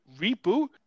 reboot